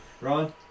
Ron